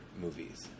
movies